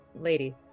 lady